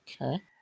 Okay